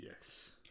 yes